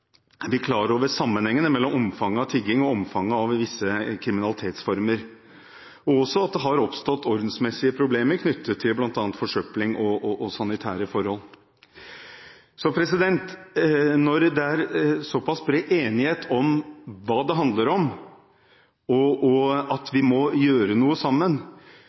er vi klar over sammenhengen mellom omfanget av tigging og omfanget av visse kriminalitetsformer, og at det har oppstått ordensmessige problemer knyttet til bl.a. forsøpling og sanitære forhold. Når det er såpass bred enighet om hva det handler om, og når utgangspunktet er at vi må gjøre noe sammen,